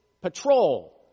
patrol